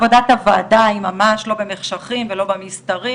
עבודת הוועדה היא ממש לא במחשכים ולא בנסתרים,